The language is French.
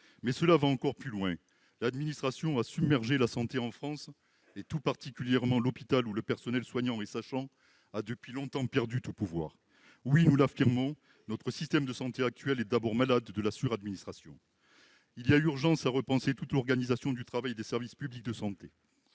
Mais cela va encore plus loin : l'administration a submergé la santé en France, tout particulièrement l'hôpital, où le personnel soignant et sachant a depuis longtemps perdu tout pouvoir. Oui, nous l'affirmons, notre système de santé actuel est d'abord malade de la sur-administration ! Il y a urgence à repenser toute l'organisation du travail des services publics de santé